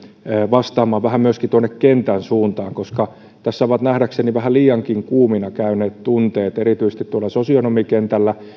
vastaamaan vähän myöskin tuonne kentän suuntaan koska tässä ovat nähdäkseni vähän liiankin kuumina käyneet tunteet erityisesti sosionomikentällä